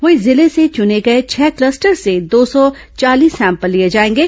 वहीं जिले से चने गए छह क्लस्टर से दो सौ चालीस सैंपल लिए जाएंगे